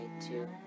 Two